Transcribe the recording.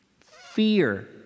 Fear